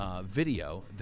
video